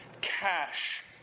cash